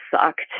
sucked